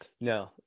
No